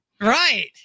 right